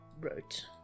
wrote